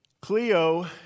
Cleo